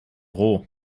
roh